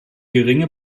geringe